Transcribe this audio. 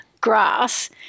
grass –